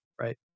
right